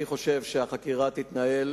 אני חושב שהחקירה תתנהל,